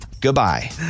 Goodbye